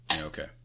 Okay